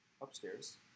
upstairs